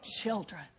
children